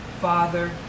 Father